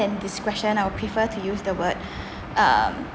indiscretion I'll prefer to use the word um